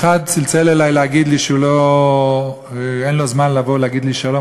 אחד צלצל אלי להגיד לי שאין לו זמן לבוא להגיד לי שלום,